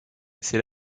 c’est